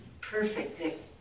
perfect